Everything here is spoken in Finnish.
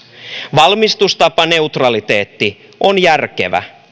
valmistustapaneutraliteetti on järkevä